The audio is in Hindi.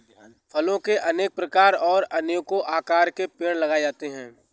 फलों के अनेक प्रकार और अनेको आकार के पेड़ पाए जाते है